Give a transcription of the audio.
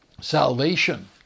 salvation